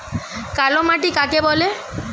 কালোমাটি কাকে বলে?